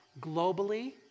globally